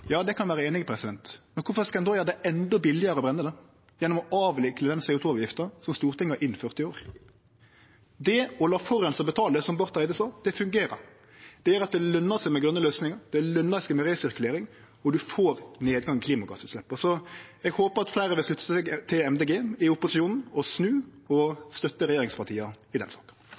kan eg vere einig i – kvifor skal ein då gjere det endå billigare å brenne han gjennom å avvikle den CO 2 -avgifta som Stortinget innførte i år? Det å la forureinaren betale, som Barth Eide sa, fungerer. Det gjer at det løner seg med grøne løysingar, det løner seg med resirkulering, og ein får nedgang i klimagassutsleppa. Eg håper at fleire i opposisjonen vil slutte seg til Miljøpartiet Dei Grøne og snu og støtte regjeringspartia i den saka.